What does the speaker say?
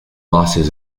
losses